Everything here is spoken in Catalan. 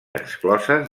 excloses